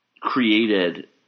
created